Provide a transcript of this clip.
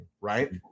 right